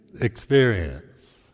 experience